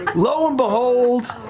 lo and behold,